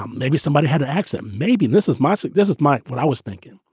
um maybe somebody had access. maybe this is magic. this is my what i was thinking.